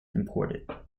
imported